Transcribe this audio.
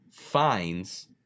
Finds